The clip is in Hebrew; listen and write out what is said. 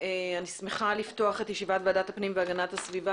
אני פותחת את ישיבת ועדת הפנים והגנת הסביבה